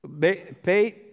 Pay